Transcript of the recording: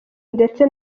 ndetse